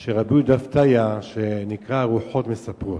של רבי יהודה פתיה שנקרא "רוחות מספרות",